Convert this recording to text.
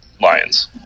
Lions